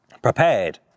Prepared